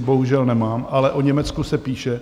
Bohužel nemám, ale o Německu se píše.